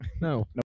no